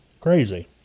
Crazy